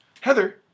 Heather